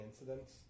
incidents